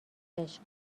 عشق